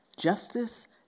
justice